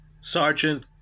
Sergeant